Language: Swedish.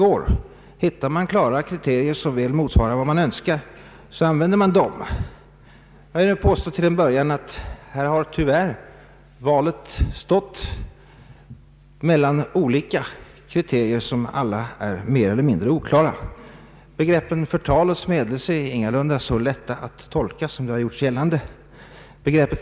Om man hittar klara kriterier som väl motsvarar vad man önskar så använder man dem, men i det här fallet har valet tyvärr stått mellan olika kriterier, som alla varit mer eller mindre oklara. Be greppet ”förtal och smädelse” är ingalunda så lätt ait tolka som det gjorts gällande.